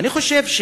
אני חושב,